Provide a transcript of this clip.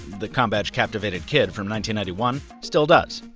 the combadge-captivated kid from ninety ninety one, still does.